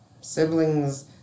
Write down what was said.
siblings